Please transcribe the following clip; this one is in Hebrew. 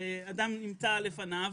אדם נמצא לפניו,